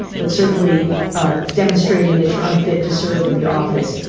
but certainly demonstrating that you're unfit to serve in the office.